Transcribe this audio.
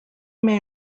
may